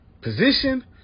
position